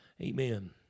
Amen